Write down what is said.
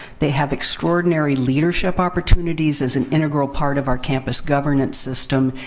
they have extraordinary leadership opportunities as an integral part of our campus governance system.